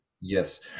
Yes